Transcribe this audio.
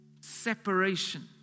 separation